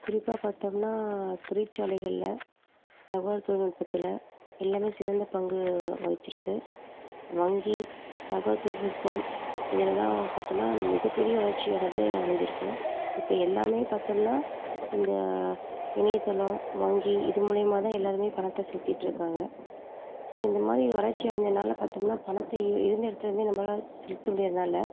குறிப்பாக பார்த்தோம்னா தொழிற்சாலைகளில் தகவல் தொழில்நுட்பத்தில் எல்லாமே சிறந்த பங்கு வ வகிச்சிருக்கு வங்கி தகவல் தொழில்நுட்பம் இதில் எல்லாம் பார்த்தோம்னா நம் மிகப்பெரிய வளர்ச்சியானது அமைஞ்சிருக்கு இப்போ எல்லாமே பார்த்தோம்னா இந்த இணையதளம் வங்கி இது மூலிமா தான் எல்லாருமே பணத்தை செலுத்திட்டு இருக்காங்க ஸோ இந்த மாதிரி இது வளர்ச்சி அடைஞ்சனால பார்த்தோம்னா பணத்தை இ இருந்த இடத்துல இருந்து நம்மளால செலுத்த முடிகிறதுனால